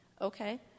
Okay